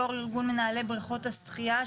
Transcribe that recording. יו"ר ארגון מנהלי בריכות השחייה,